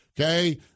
Okay